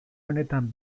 honetan